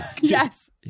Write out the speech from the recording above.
Yes